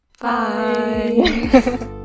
bye